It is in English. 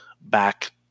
back